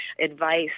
advice